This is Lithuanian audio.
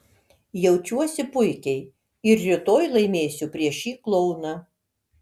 jaučiuosi puikiai ir rytoj laimėsiu prieš šį klouną